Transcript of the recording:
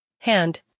Hand